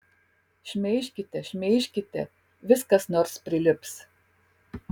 šmeižkite šmeižkite vis kas nors prilips